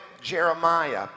Jeremiah